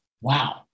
wow